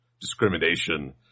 discrimination